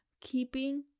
keeping